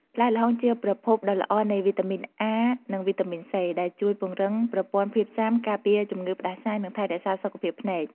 ផ្លែល្ហុងជាប្រភពដ៏ល្អនៃ វីតាមីន អា និង វីតាមីន សេ ដែលជួយពង្រឹងប្រព័ន្ធភាពស៊ាំ ការពារជំងឺផ្តាសាយ និងថែរក្សាសុខភាពភ្នែក។